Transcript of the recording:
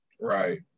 Right